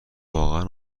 واقعا